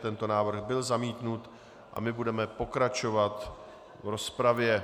Tento návrh byl zamítnut a my budeme pokračovat v rozpravě.